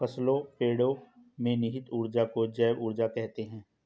फसलों पेड़ो में निहित ऊर्जा को जैव ऊर्जा कहते हैं